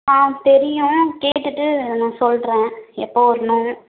ஆ தெரியும் கேட்டுவிட்டு நான் சொல்கிறேன் எப்போ வரணும்னு